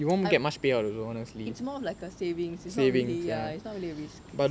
it's more of like a savings it's not really ya it's not really a risk